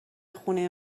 خونه